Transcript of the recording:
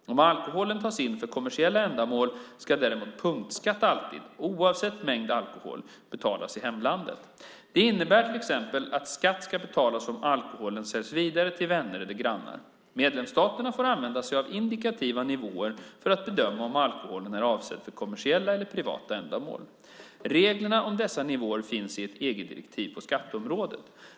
Om alkoholen tas in för kommersiella ändamål ska däremot punktskatt alltid, oavsett mängd alkohol, betalas i hemlandet. Det innebär till exempel att skatt ska betalas om alkoholen säljs vidare till vänner eller grannar. Medlemsstaterna får använda sig av indikativa nivåer för att bedöma om alkoholen är avsedd för kommersiella eller privata ändamål. Reglerna om dessa nivåer finns i ett EG-direktiv på skatteområdet.